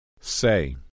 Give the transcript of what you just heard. Say